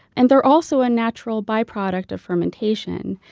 and they're also a natural byproduct of fermentation,